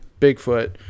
Bigfoot